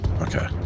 Okay